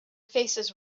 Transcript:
faces